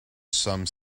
some